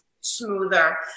smoother